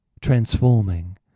transforming